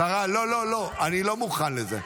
השרה, לא, אני לא מוכן לזה.